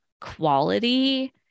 quality